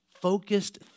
focused